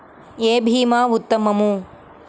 ఏ భీమా ఉత్తమము?